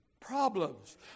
problems